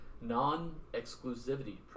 non-exclusivity